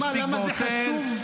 מספיק והותר,